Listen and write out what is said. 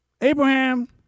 Abraham